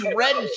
red